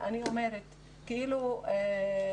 יוסף,